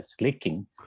leaking